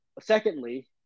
secondly